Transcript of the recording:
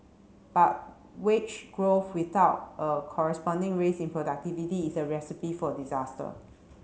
but wage growth without a corresponding raise in productivity is a recipe for disaster